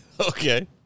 Okay